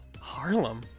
Harlem